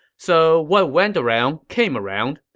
so, what went around, came around,